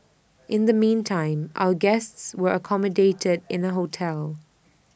in the meantime our guests were accommodated in A hotel